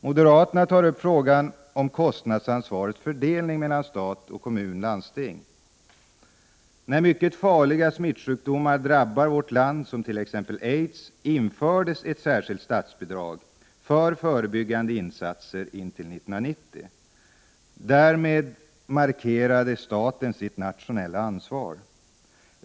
Moderaterna tar upp frågan om kostnadsansvarets fördelning mellan stat, kommun och landsting. När mycket farliga smittsjukdomar drabbar vårt land vidtas det åtgärder. När det t.ex. gäller aids infördes ett särskilt statsbidrag för förebyggande insatser fram till år 1990. Därmed markerade staten sitt nationella ansvar.